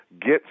get